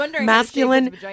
masculine